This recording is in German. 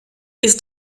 ist